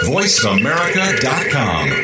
VoiceAmerica.com